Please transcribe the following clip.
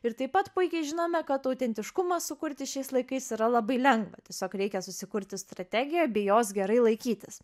ir taip pat puikiai žinome kad autentiškumą sukurti šiais laikais yra labai lengva tiesiog reikia susikurti strategiją bei jos gerai laikytis